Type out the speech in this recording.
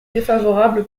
défavorable